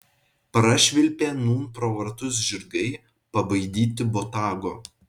prašvilpė nūn pro vartus žirgai pabaidyti botago